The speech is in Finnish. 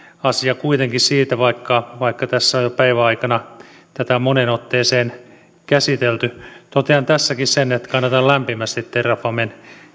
asia kuitenkin siitä vaikka tässä on jo päivän aikana tätä moneen otteeseen käsitelty totean tässäkin sen että kannatan lämpimästi terrafamen